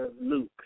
Luke